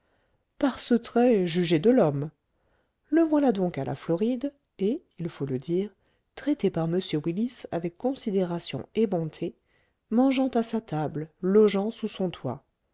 par ce trait jugez de l'homme le voilà donc à la floride et il faut le dire traité par m willis avec considération et bonté mangeant à sa table logeant sous son toit